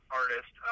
artist